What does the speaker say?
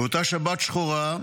אותה שבת שחורה,